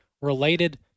related